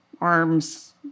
arms